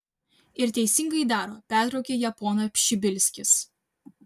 ir teisingai daro pertraukė ją ponas pšibilskis